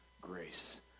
grace